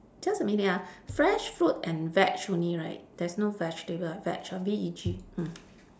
just a minute ah fresh fruit and veg only right there's no vegetable veg ah V E G mm